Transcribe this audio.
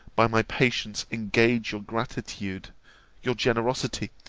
by my patience engage your gratitude your generosity,